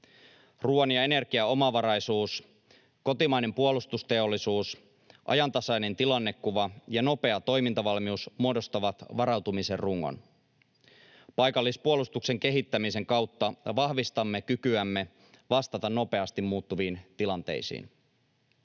Ruuan ja energian omavaraisuus, kotimainen puolustusteollisuus, ajantasainen tilannekuva ja nopea toimintavalmius muodostavat varautumisen rungon. Paikallispuolustuksen kehittämisen kautta vahvistamme kykyämme vastata nopeasti muuttuviin tilanteisiin.